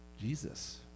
Jesus